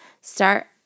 start